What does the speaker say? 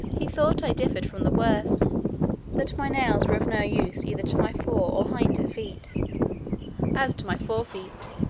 he thought i differed for the worse that my nails were of no use either to my fore or hinder feet as to my fore feet,